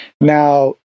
Now